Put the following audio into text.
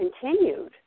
continued